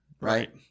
right